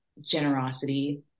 generosity